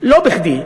לא בכדי,